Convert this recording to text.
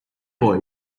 boy